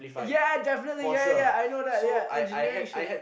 ya definitely ya ya ya I know that ya engineering shit